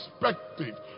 perspective